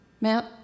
Matt